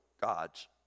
God's